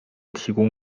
提供